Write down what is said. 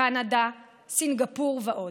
קנדה, סינגפור ועוד.